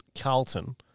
Carlton